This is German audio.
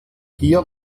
hier